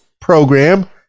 program